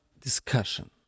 discussion